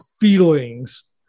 feelings